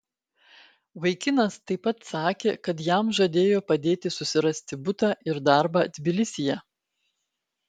vaikinas taip pat sakė kad jam žadėjo padėti susirasti butą ir darbą tbilisyje